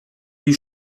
die